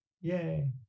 Yay